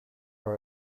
are